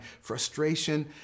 frustration